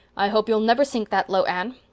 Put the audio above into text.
i hope you'll never sink that low, anne.